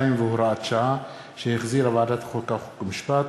42 והוראת שעה), שהחזירה ועדת החוקה, חוק ומשפט,